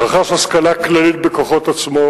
רכש השכלה כללית בכוחות עצמו.